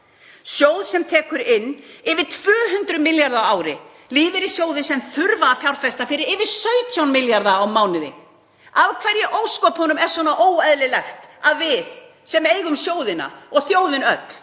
sjóð sem tekur inn yfir 200 milljarða á ári, lífeyrissjóði sem þurfa að fjárfesta fyrir yfir 17 milljarða á mánuði. Af hverju í ósköpunum er svona óeðlilegt að við sem eigum sjóðina og þjóðin öll